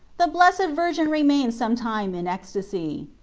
the blessed virgin remained some time in ecstasy.